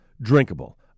drinkable